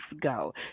go